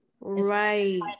Right